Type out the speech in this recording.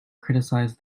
criticized